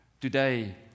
today